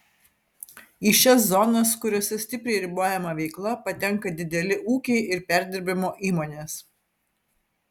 į šias zonas kuriose stipriai ribojama veikla patenka dideli ūkiai ir perdirbimo įmonės